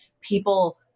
people